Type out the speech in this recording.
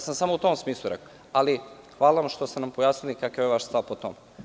Samo sam u tom smislu rekao, ali hvala vam što ste nam pojasnili kakav je vaš stav po tom pitanju.